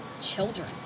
children